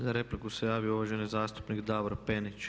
Za repliku se javio uvaženi zastupnik Davor Penić.